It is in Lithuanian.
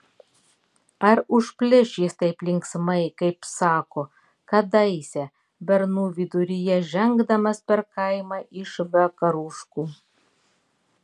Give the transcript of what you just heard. ar užplėš jis taip linksmai kaip sako kadaise bernų viduryje žengdamas per kaimą iš vakaruškų